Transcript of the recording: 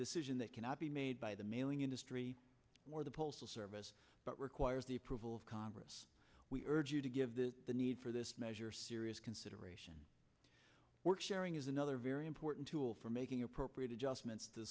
decision that cannot be made by the mailing industry or the postal service but requires the approval of congress we urge you to give the the need for this measure serious consideration work sharing is another very important tool for making appropriate adjustments t